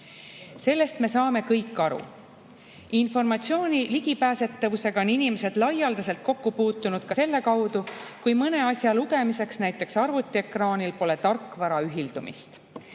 Sellest me saame kõik aru. Informatsiooni ligipääsetavuse [probleemiga] on inimesed laialdaselt kokku puutunud ka siis, kui mõne asja lugemiseks näiteks arvutiekraanil pole tarkvara ühildumist.